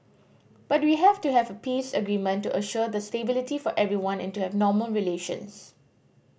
but we have to have a peace agreement to assure the stability for everyone and to have normal relations